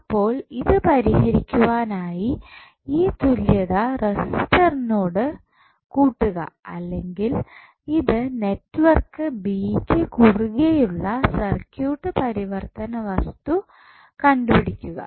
അപ്പോൾ ഇത് പരിഹരിക്കുവാൻ ആയി ഈ തുല്യത റെസിസ്റ്ററിനോട് കൂട്ടുക അല്ലെങ്കിൽ ഇത് നെറ്റ്വർക്ക് ബി യ്യ്ക്കു കുറുകെയുള്ള സർക്യൂട്ട് പരിവർത്തന വസ്തു കണ്ടുപിടിക്കുക